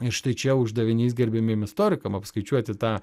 štai čia uždavinys gerbiamiem istorikam apskaičiuoti tą